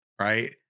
Right